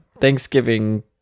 thanksgiving